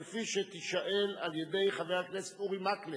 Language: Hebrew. כפי שתישאל על-ידי חבר הכנסת אורי מקלב.